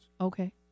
Okay